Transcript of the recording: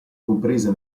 compresa